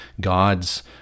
God's